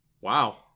Wow